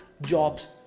jobs